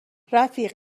رفیق